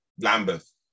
Lambeth